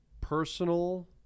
personal